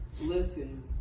Listen